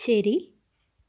ശരി